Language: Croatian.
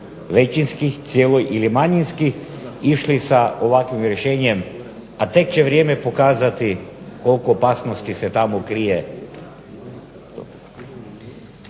većinskih cijeloj ili manjinski išli sa ovakvim rješenjem, a tek će vrijeme pokazati koliko opasnosti se tamo krije.